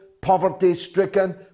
poverty-stricken